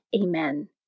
Amen